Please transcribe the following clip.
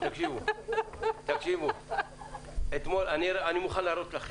מובן מאליו.